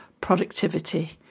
productivity